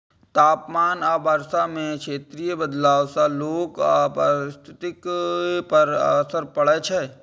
तापमान आ वर्षा मे क्षेत्रीय बदलाव सं लोक आ पारिस्थितिकी पर असर पड़ै छै